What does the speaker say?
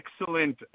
excellent